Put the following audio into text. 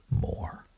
more